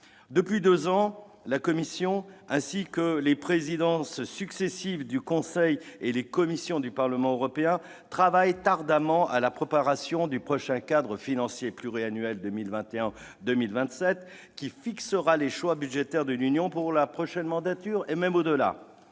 Depuis deux ans, la Commission ainsi que les présidences successives du Conseil et les commissions du Parlement européen travaillent ardemment à la préparation du prochain cadre financier pluriannuel 2021-2027, qui fixera les choix budgétaires de l'Union pour la prochaine mandature et même au-delà.